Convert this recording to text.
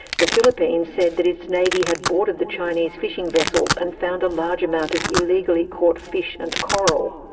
the philippines said that its navy had boarded the chinese fishing vessels and found a large amount of illegally caught fish and coral.